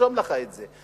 תרשום לך את זה.